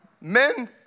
Men